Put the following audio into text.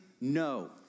No